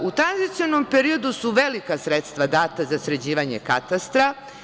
U tranzicionom periodu su velika sredstva data za sređivanje katastra.